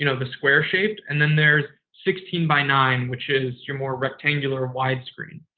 you know the square shaped and then there's sixteen by nine, which is your more rectangular wide screen.